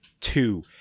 two